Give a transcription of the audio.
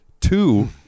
Two